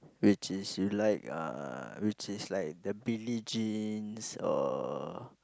which is you like uh which is like the Billie-Jean or